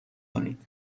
کنید